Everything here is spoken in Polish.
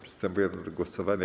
Przystępujemy do głosowania.